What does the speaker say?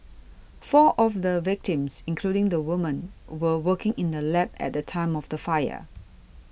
four of the victims including the woman were working in the lab at the time of the fire